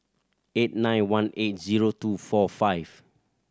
eight nine one eight zero two four five